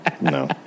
No